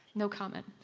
no comment.